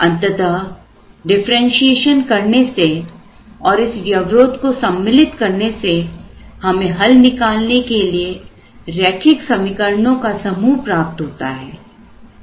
अंततः डिफरेंशिएशन करने से और इस व्यवरोध को सम्मिलित करने से हमें हल निकालने के लिए रैखिक समीकरणों का समूह प्राप्त होता है